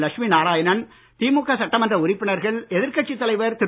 லட்சுமி நாராயணன் திமுக சட்டமன்ற உறுப்பினர்கள் எதிர்கட்சி தலைவர் திரு